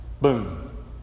Boom